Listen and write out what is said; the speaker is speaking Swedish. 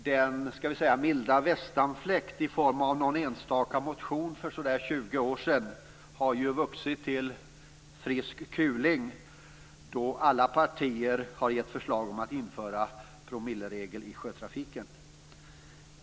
Den "milda västanfläkt" i form av någon enstaka motion för 20 år sedan har vuxit till "frisk kuling", då alla partier har gett förslag om att införa promilleregler i sjötrafiken.